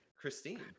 Christine